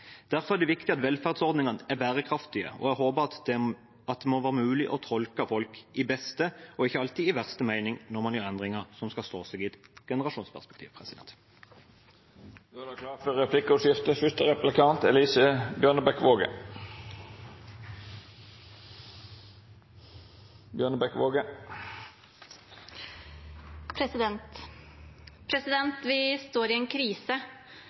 Derfor er det viktig at velferdsordningene er bærekraftige, og jeg håper at det må være mulig å tolke folk i beste og ikke alltid i verste mening når man gjør endringer som skal stå seg i et generasjonsperspektiv.